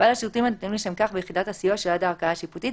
ועל השירותים הניתנים לשם כך ביחידת הסיוע שליד הערכאה השיפוטית,